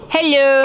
Hello